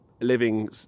living